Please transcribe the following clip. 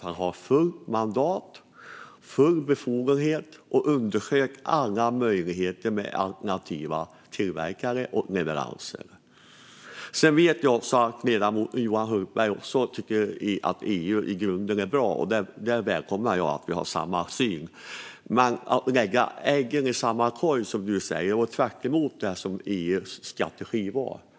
Han har fullt mandat och full befogenhet att undersöka alla möjligheter med alternativa tillverkare och leveranser. Jag vet att ledamoten Johan Hultberg också tycker att EU i grunden är bra, och jag välkomnar att vi har samma syn. Men att lägga alla ägg i samma korg, som han säger, går tvärtemot det som var EU:s strategi.